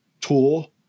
tool